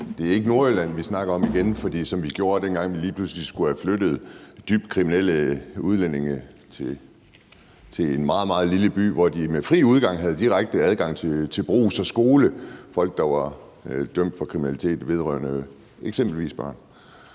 det gjorde vi, dengang vi lige pludselig skulle have flyttet dybt kriminelle udlændinge til en meget, meget lille by, hvor de med fri udgang havde direkte adgang til en brugs og en skole, altså folk, der var dømt for kriminalitet vedrørende eksempelvis børn.